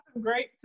great